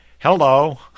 hello